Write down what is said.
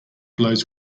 blows